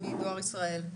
מדואר ישראל.